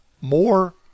more